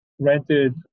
rented